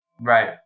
Right